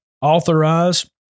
authorize